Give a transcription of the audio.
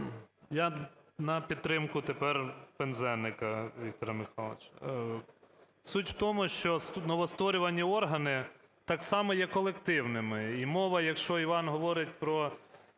Я на підтримку тепер Пинзеника Віктора Михайловича. Суть в тому, що новостворювані органи так само є колективними. І мова, якщо Іван говорить про